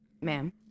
Ma'am